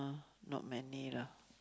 not many lah